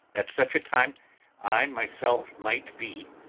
at such a time i myself might be